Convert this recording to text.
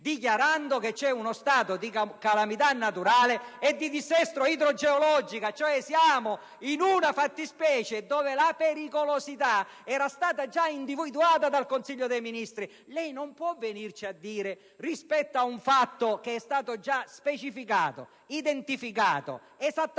dichiarando lo stato di calamità naturale e il dissesto idrogeologico: siamo in una fattispecie in cui la pericolosità era già stata individuata dal Consiglio dei ministri. Lei non può venirci a dire, rispetto ad un fatto che è stato già specificato, identificato ed esattamente